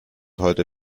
heute